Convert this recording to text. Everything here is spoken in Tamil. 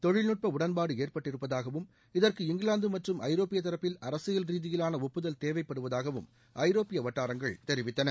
தொழில்நுட்ப உடன்பாடு ஏற்பட்டிருப்பதாகவும் இதற்கு இங்கிலாந்து மற்றும் ஐரோப்பிய தரப்பில் அரசியல் ரீதியிலான ஒப்புதல் தேவைப்படுவதாகவும் ஐரோப்பிய வட்டாரங்கள் தெரிவித்தன